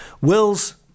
wills